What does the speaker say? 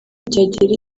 byagera